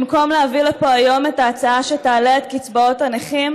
במקום להביא לפה היום את ההצעה שתעלה את קצבאות הנכים